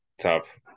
Tough